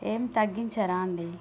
ఏమి తగ్గించరా అండి